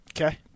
Okay